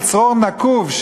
אל צרור נקוב,